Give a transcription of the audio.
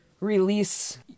release